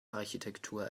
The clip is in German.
architektur